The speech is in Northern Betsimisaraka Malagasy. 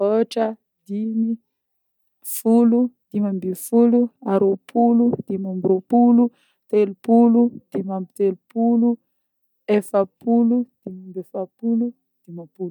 ôtra, dimy, folo, dimy ambifolo, a-rôpolo, dimy ambirôpolo, telopolo, dimy ambitelopolo, efapolo, dimy ambiefapolo, dimampolo